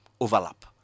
Overlap